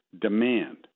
demand